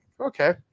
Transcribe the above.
okay